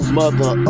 mother